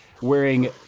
wearing